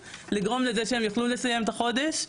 לגרום לזה שהם יוכלו לסיים את החודש,